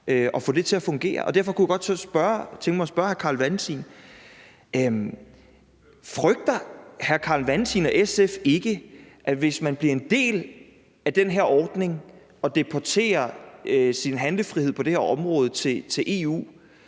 til at fungere. Derfor kunne jeg godt tænke mig at spørge hr. Carl Valentin: Frygter hr. Carl Valentin og SF ikke, at hvis man bliver en del af den her ordning og deponerer sin handlefrihed på det her område i EU,